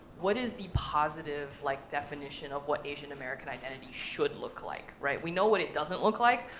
what is the positive, like, definition of what asian american identity should look like, right? we know what it doesn't look like.